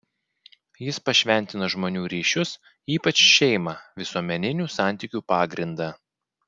jis pašventino žmonių ryšius ypač šeimą visuomeninių santykių pagrindą